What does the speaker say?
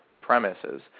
premises